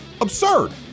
absurd